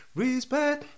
respect